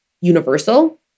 universal